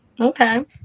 Okay